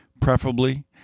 Preferably